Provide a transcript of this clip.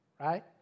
right